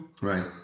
right